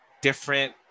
different